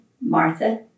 Martha